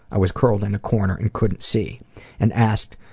i was curled in a corner and couldn't see and asked